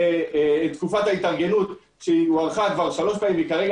תקופת ההתארגנות הוארכה כבר שלוש פעמים וכרגע